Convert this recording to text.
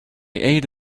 ate